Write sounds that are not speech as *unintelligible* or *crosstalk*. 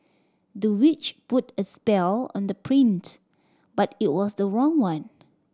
the witch put a spell on the *unintelligible* but it was the wrong one